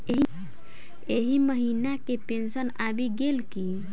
एहि महीना केँ पेंशन आबि गेल की